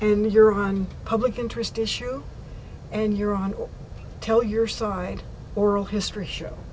and you're on public interest issue and you're on tell your side oral history show